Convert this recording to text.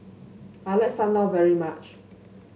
I like Sam Lau very much